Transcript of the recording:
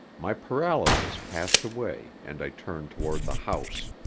my paralysis passed away, and i turned toward the house.